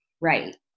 Right